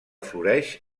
floreix